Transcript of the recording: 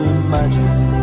imagine